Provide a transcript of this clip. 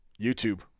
YouTube